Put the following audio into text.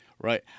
Right